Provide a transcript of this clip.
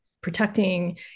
protecting